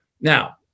Now